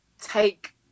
take